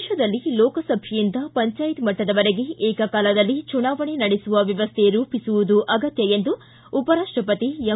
ದೇಶದಲ್ಲಿ ಲೋಕಸಭೆಯಿಂದ ಪಂಚಾಯತ್ ಮಟ್ಟದವರೆಗೆ ಏಕಕಾಲದಲ್ಲಿ ಚುನಾವಣೆ ನಡೆಸುವ ವ್ಯವಸ್ಥೆ ರೂಪಿಸುವುದು ಅಗತ್ಯ ಎಂದು ಉಪರಾಪ್ಟಪತಿ ಎಂ